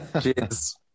Cheers